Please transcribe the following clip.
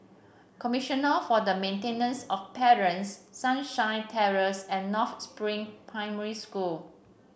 Commissioner for the Maintenance of Parents Sunshine Terrace and North Spring Primary School